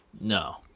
No